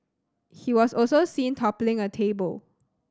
he was also seen toppling a table